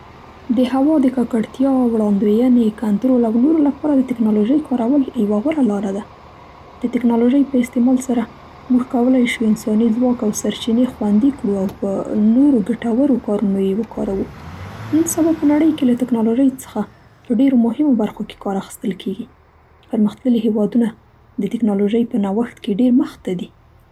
د هوا د ککړتیا، وړاندوېینې، کنترول او نورو لپاره د تکنالوژۍ کارول یوه غوره لار ده. د تکتالوژۍ په استمال سره موږ کولی شو انساني ځواک او سرچینې خوندي کړو او په نورو ګټورو لارو یې وکاروو. نن سبا په نړۍ کې له تکنالوژۍ څخه په ډېرو مهم برخو کې کار اخیستل کېږي. پر مختللي هېوادونه د تکنالوژۍ په نوښت کې ډېر مخته دي.